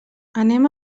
anem